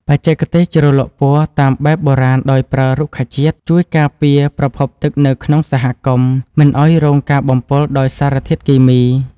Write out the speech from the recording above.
បច្ចេកទេសជ្រលក់ពណ៌តាមបែបបុរាណដោយប្រើរុក្ខជាតិ ជួយការពារប្រភពទឹកនៅក្នុងសហគមន៍មិនឱ្យរងការបំពុលដោយសារធាតុគីមី។